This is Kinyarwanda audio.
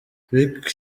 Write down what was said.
rick